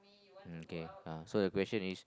okay uh so the question is